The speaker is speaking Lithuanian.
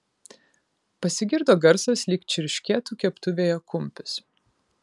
pasigirdo garsas lyg čirškėtų keptuvėje kumpis